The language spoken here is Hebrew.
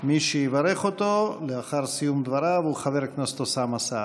מי שיברך אותו לאחר סיום דבריו הוא חבר הכנסת אוסאמה סעדי.